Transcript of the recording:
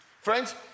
Friends